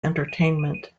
entertainment